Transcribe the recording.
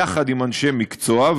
יחד עם אנשי מקצוע,